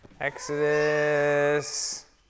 Exodus